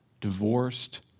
divorced